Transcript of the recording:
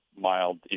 mild